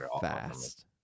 fast